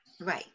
Right